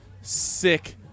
Sick